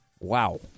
Wow